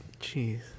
Jeez